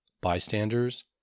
bystanders